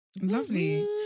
Lovely